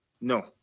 No